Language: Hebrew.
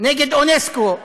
נגד אונסק"ו.